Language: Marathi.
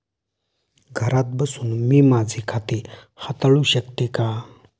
घरात बसून मी माझे खाते हाताळू शकते का?